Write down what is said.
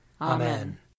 Amen